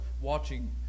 watching